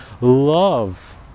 love